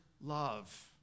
love